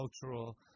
cultural